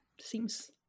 Seems